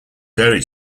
fairy